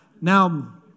Now